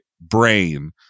brain